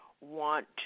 want